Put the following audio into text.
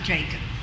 Jacob